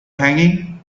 hanging